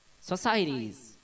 societies